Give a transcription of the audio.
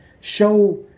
show